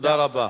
תודה רבה.